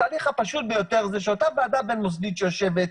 התהליך הפשוט ביותר הוא שאותה ועדה בין-מוסדית שיושבת,